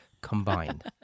combined